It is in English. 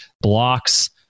blocks